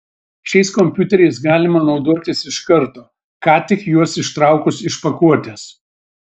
šiais kompiuteriais galima naudotis iš karto ką tik juos ištraukus iš pakuotės